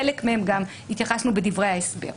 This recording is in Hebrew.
לחלק התייחסנו בדברי ההסבר.